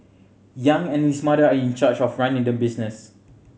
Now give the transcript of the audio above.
Yang and his mother are in charge of running the business